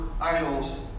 idols